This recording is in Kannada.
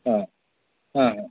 ಹ್ಞೂ ಹಾಂ ಹಾಂ